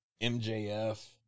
MJF